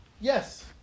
yes